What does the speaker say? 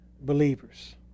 believers